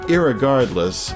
irregardless